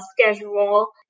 schedule